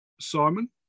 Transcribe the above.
Simon